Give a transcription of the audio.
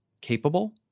capable